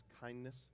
kindness